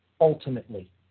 ultimately